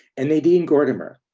and nadine gordimer,